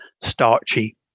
starchy